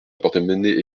appartenait